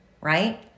right